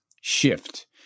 shift